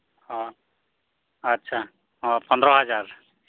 ᱚᱻ ᱟᱪᱪᱷᱟ ᱚᱻ ᱯᱚᱱᱫᱽᱨᱚ ᱦᱟᱡᱟᱨ